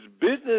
business